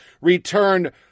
returned